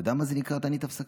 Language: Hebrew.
אתה יודע מה זה תענית הפסקה?